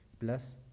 plus